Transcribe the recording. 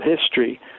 history